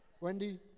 Wendy